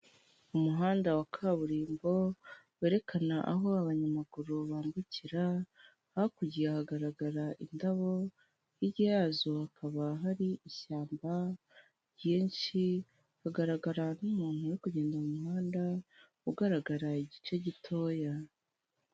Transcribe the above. Umuhanda wa kaburimbo, werekana aho abanyamaguru bambukira, hakurya hagaragara indabo, hirya yazo hakaba hari ishyamba ryinshi, hagaragara n'umuntu uri kugenda mu muhanda ugaragara igice gitoya.